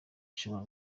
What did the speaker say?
bishobora